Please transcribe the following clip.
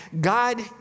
God